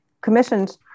commissioned